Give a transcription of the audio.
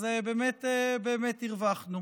אז באמת הרווחנו.